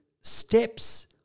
steps